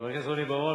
חבר הכנסת רוני בר-און,